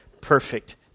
perfect